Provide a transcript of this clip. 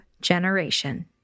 generation